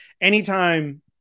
anytime